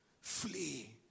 Flee